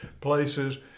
places